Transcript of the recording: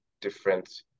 different